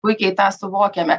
puikiai tą suvokiame